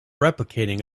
replicating